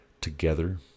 together